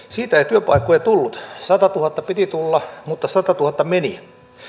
siitä ei työpaikkoja tullut satatuhatta piti tulla mutta satatuhatta meni